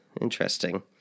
interesting